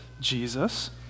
Jesus